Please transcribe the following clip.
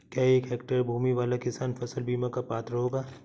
क्या एक हेक्टेयर भूमि वाला किसान फसल बीमा का पात्र होगा?